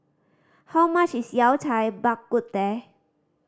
how much is Yao Cai Bak Kut Teh